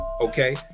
Okay